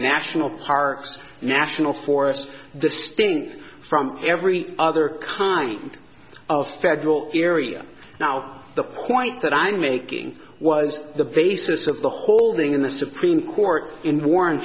national parks national forest distinct from every other kind of federal area now the point that i'm making was the basis of the holding in the supreme court in warren